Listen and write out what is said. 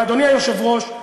ואדוני היושב-ראש,